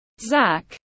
Zach